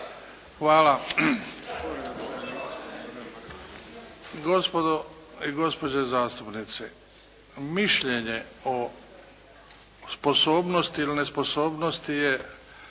Hvala. Gospodo i gospođe zastupnici mišljenje o sposobnosti ili nesposobnosti je,